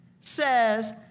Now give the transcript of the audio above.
says